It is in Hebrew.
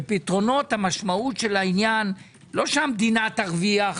והמשמעות של העניין לא שהמדינה תרוויח